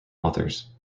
authors